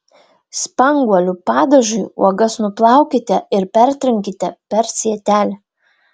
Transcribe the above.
spanguolių padažui uogas nuplaukite ir pertrinkite per sietelį